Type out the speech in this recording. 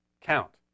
count